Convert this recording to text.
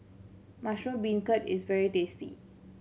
mushroom beancurd is very tasty